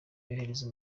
yohereza